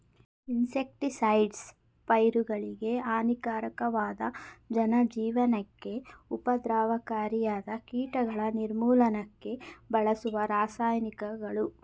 insecticides ಪೈರುಗಳಿಗೆ ಹಾನಿಕಾರಕವಾದ ಜನಜೀವನಕ್ಕೆ ಉಪದ್ರವಕಾರಿಯಾದ ಕೀಟಗಳ ನಿರ್ಮೂಲನಕ್ಕೆ ಬಳಸುವ ರಾಸಾಯನಿಕಗಳು